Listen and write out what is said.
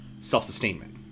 self-sustainment